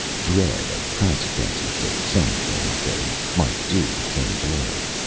dread of consequences of some things that he might do, became blurred.